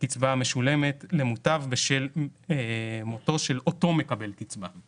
קצבה המשולמת למוטב בשל מותו של אותו מקבל קצבת זקנה.